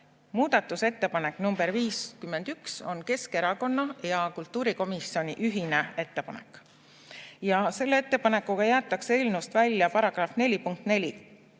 muudatusettepanek nr 51 on Keskerakonna ja kultuurikomisjoni ühine ettepanek. Selle ettepanekuga jäetakse eelnõust välja § 4